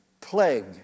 plague